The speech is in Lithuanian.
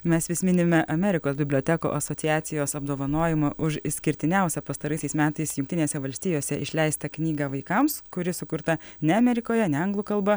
mes vis minime amerikos bibliotekų asociacijos apdovanojimą už išskirtiniausią pastaraisiais metais jungtinėse valstijose išleistą knygą vaikams kuri sukurta ne amerikoje ne anglų kalba